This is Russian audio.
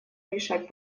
решать